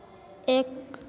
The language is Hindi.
एक